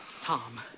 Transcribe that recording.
Tom